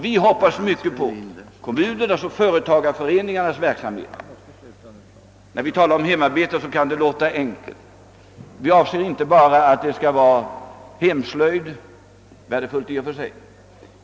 Vi hoppas mycket på kommunernas och företagarföreningarnas verksamhet. När vi talar om hemarbete, kan det låta enkelt. Vi avser inte bara att det skall vara hemslöjd, värdefull i och för sig.